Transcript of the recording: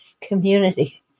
Community